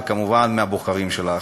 וכמובן מהבוחרים שלך.